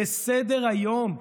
בסדר-היום,